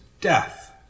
death